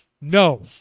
No